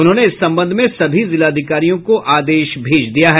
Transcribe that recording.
उन्होंने इस संबंध में सभी जिलाधिकारियों को आदेश भेज दिया है